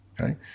okay